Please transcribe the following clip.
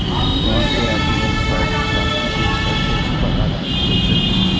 PhonePe app unified payments interface पर आधारित होइ छै